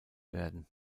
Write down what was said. werden